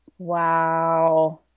Wow